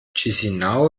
chișinău